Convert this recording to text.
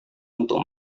untuk